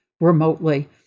remotely